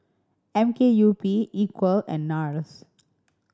M K U P Equal and Nars